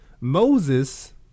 Moses